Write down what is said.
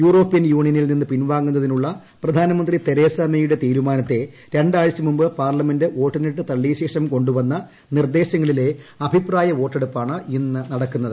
European യൂണിയനിൽ നിന്ന് പിൻവാങ്ങുന്നതിനുള്ള പ്രധാനമന്ത്രി തെരേസാ മേയുടെ തീരുമാനത്തെ ര ാഴ്ച മുമ്പ് പാർലമെന്റ് വോട്ടിനിട്ട് തള്ളിയ ശേഷം കൊ ു വന്ന നിർദ്ദേശങ്ങളിലെ അഭിപ്രായ വോട്ടെടുപ്പാണ് ഇന്ന് നടക്കുന്നത്